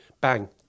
bang